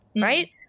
Right